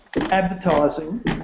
advertising